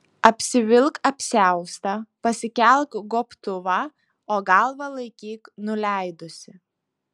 apsivilk apsiaustą pasikelk gobtuvą o galvą laikyk nuleidusi